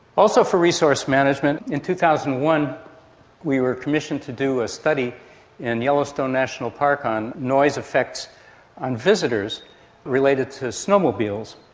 also for resource management. in two thousand one we were commissioned to do a study in yellowstone national park on noise effects on visitors related to snowmobiles.